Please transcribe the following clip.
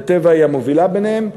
ו"טבע" היא המובילה ביניהן,